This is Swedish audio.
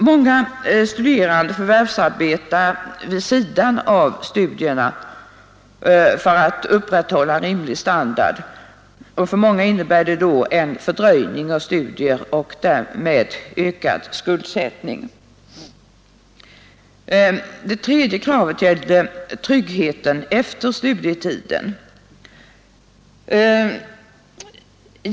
Många studerande förvärvsarbetar vid sidan av studierna för att kunna upprätthålla en rimlig standard. För många innebär detta en fördröjning av studierna och därmed ökad skuldsättning. Det tredje kravet gäller tryggheten efter studietiden.